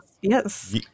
Yes